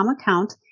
account